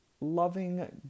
loving